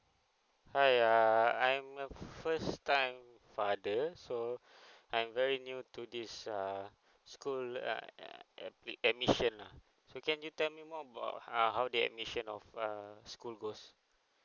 hi uh I'm a first time father so I'm very new to this err school ad~ ad~ ad~ admission lah so can you tell me more about uh how the admission of uh school goes